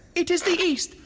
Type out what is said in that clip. it is the east,